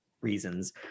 reasons